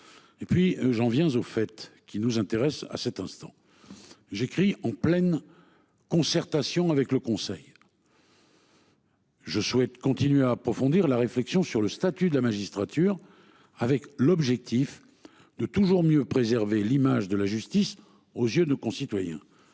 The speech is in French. Et puis j'en viens au fait qui nous intéresse à cet instant. J'écris en pleine concertation avec le Conseil. Je souhaite continuer à approfondir la réflexion sur le statut de la magistrature. Avec l'objectif de toujours mieux préserver l'image de la justice aux yeux de nos concitoyens.